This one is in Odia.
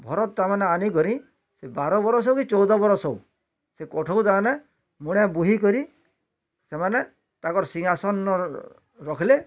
ଭରତ ତା ମାନେ ଆନି କରି ସେ ବାର ବରଷ ହଉ କି ଚଉଦ ବରଷ ହଉ ସେ କଠଉ ତା ମାନେ ମୁଣ୍ଡେ ବୋହି କରି ସେମାନେ ତାଙ୍କର ସିଂହାସନର ରଖିଲେ